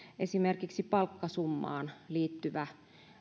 esimerkiksi palkkasummaan liittyvä